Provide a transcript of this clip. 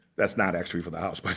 that's not actually for the house, by